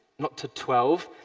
not to twelve,